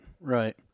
right